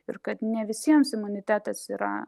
ir kad ne visiems imunitetas yra